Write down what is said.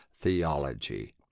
theology